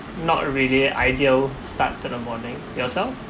not really ideal start to the morning yourself